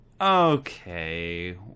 okay